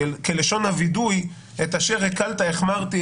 כלשון הווידוי: את אשר הקלת החמרתי.